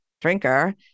drinker